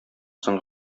соң